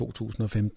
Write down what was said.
2015